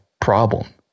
problem